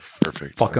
Perfect